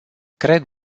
cred